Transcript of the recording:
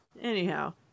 Anyhow